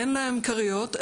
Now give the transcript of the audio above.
אין להם כריות,